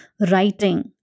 writing